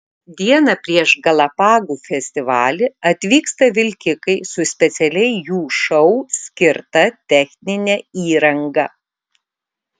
dieną prieš galapagų festivalį atvyksta vilkikai su specialiai jų šou skirta technine įranga